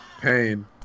pain